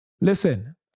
Listen